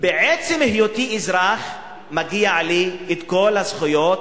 מעצם היותי אזרח מגיעות לי את כל הזכויות,